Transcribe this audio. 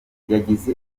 yagize